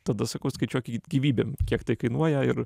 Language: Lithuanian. tada sakau skaičiuokit gyvybėm kiek tai kainuoja ir